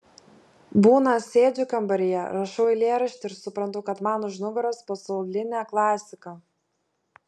būna sėdžiu kambaryje rašau eilėraštį ir suprantu kad man už nugaros pasaulinė klasika